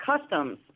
customs